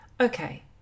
Okay